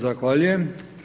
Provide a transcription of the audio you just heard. Zahvaljujem.